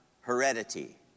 heredity